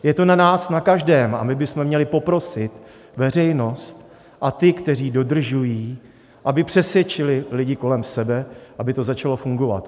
Je to na nás na každém a my bychom měli poprosit veřejnost a ty, kteří dodržují, aby přesvědčili lidi kolem sebe, aby to začalo fungovat.